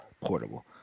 portable